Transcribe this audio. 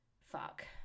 fuck